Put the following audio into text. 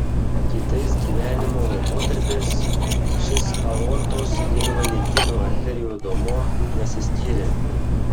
kitais gyvenimo laikotarpiais šis aortos ir vainikinių arterijų duomuo nesiskyrė